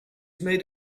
made